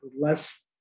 less